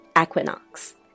Equinox